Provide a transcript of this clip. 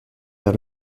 vers